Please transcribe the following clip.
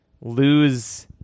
lose